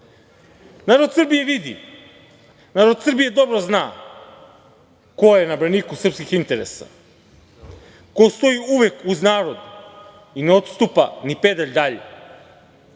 Srbije vidi, narod Srbije dobro zna ko je na braniku srpskih interesa, ko stoji uvek uz narod i ne odstupa ni pedalj dalje,